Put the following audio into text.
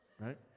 Right